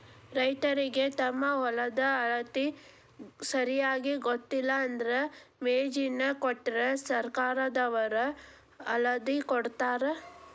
ರೈತರಿಗೆ ತಮ್ಮ ಹೊಲದ ಅಳತಿ ಸರಿಯಾಗಿ ಗೊತ್ತಿಲ್ಲ ಅಂದ್ರ ಮೊಜ್ನಿ ಕೊಟ್ರ ಸರ್ಕಾರದವ್ರ ಅಳ್ದಕೊಡತಾರ